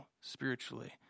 spiritually